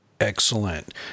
excellent